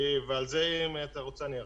ועל זה אם אתה רוצה, אני ארחיב.